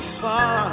far